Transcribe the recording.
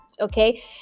Okay